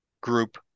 group